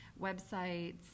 websites